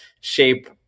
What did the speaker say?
shape